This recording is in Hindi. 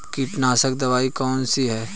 कीटनाशक दवाई कौन कौन सी हैं?